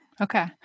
Okay